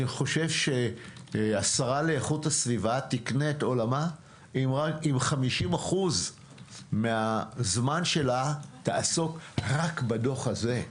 אני חושב שהשרה לאיכות הסביבה אם ב-50% מהזמן שלה תעסוק רק בדוח הזה,